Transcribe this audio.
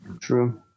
True